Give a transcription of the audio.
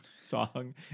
song